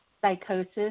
psychosis